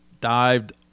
dived